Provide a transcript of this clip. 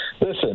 listen